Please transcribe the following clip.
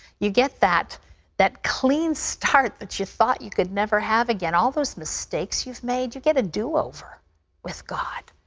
you get that that clean start that you thought you could never have again. all those mistakes you've made, you get a do over with god.